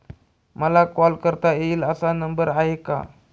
मला कॉल करता येईल असा नंबर आहे का?